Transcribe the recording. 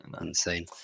insane